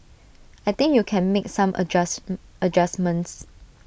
I think you can make some adjust adjustments